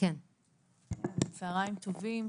צהריים טובים.